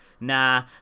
Nah